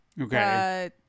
Okay